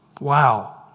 Wow